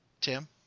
Tim